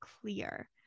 clear